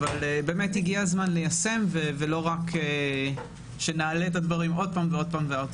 אבל באמת הגיע הזמן ליישם ולא שרק נעלה את הדברים עוד פעם ועוד פעם.